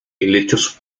helechos